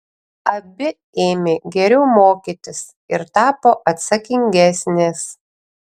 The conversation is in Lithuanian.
abi ėmė geriau mokytis ir tapo atsakingesnės